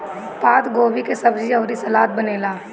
पातगोभी के सब्जी अउरी सलाद बनेला